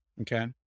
Okay